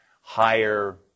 higher